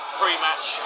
pre-match